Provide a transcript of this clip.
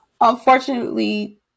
unfortunately